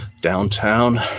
downtown